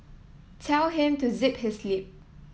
tell him to zip his lip